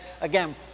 again